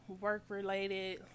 work-related